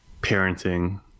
parenting